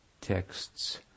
texts